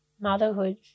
motherhood